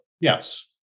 Yes